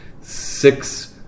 six